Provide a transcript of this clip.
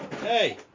Hey